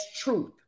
truth